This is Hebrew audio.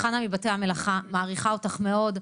חנה מבתי המלאכה, מעריכה אותך מאוד,